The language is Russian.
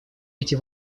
эти